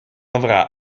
avrà